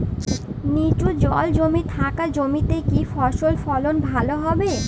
নিচু জল জমে থাকা জমিতে কি ফসল ফলন ভালো হবে?